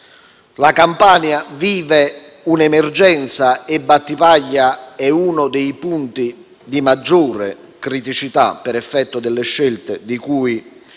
La Campania vive un'emergenza, e Battipaglia è uno dei punti di maggiore criticità, per effetto delle scelte di cui